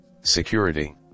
security